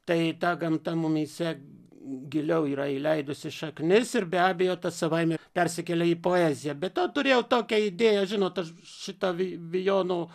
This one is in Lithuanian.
tai ta gamta mumyse giliau yra įleidusi šaknis ir be abejo tas savaime persikėlė į poeziją be to turėjau tokią idėją žinot aš šitą vi vijono